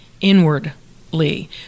inwardly